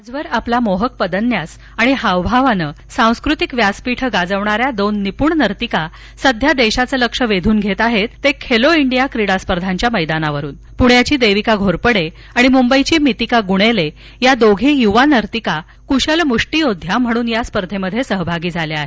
आजवर आपला मोहक पदन्यास आणि हावाभावानं सांस्कृतिक व्यासपीठं गाजविणाऱ्या दोन निपूण नर्तिका सध्या देशाचं लक्ष वेधून घेत आहेत ते खेलो इंडिया क्रीडा स्पर्धांच्या मैदानावरून प्ण्याची देविका घोरपडे आणि मुंबईची मितिका गुणेले या दोघी युवा नर्तिका कुशल मुष्टियोद्ध्या म्हणून या स्पर्धेत सहभागी झाल्या आहेत